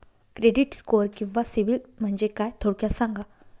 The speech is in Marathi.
क्रेडिट स्कोअर किंवा सिबिल म्हणजे काय? थोडक्यात सांगा